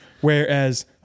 Whereas